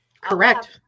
Correct